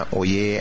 oye